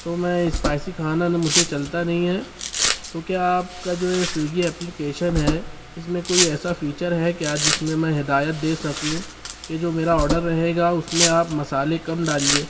تو میں اسپائسی کھانا نا مجھے چلتا نہیں ہے تو کیا آپ کا جو یہ سوئگی اپلیکشن ہے اس میں کوئی ایسا فیچر ہے کیا جس میں میں ہدایت دے سکوں کہ جو میرا آڈر رہے گا اس میں آپ مصالحہ کم ڈالیے